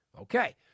Okay